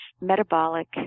metabolic